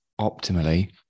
optimally